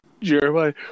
Jeremiah